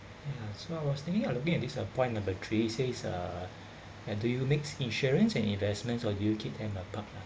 ya so I was thinking you are looking at this uh point number three it says (uh)(uh)and do you mix insurance and investments or do you keep them apart lah